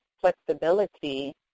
flexibility